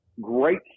great